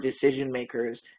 decision-makers